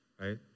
right